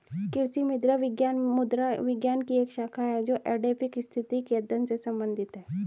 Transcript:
कृषि मृदा विज्ञान मृदा विज्ञान की एक शाखा है जो एडैफिक स्थिति के अध्ययन से संबंधित है